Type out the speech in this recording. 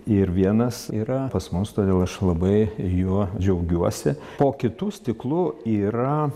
ir vienas yra pas mus todėl aš labai juo džiaugiuosi po kitų stiklu yra